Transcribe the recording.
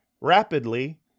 rapidly